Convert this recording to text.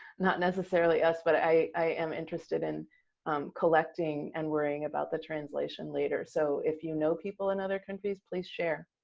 not necessarily us. but i am interested in collecting and worrying about the translation later. so if you know people in other countries, please share.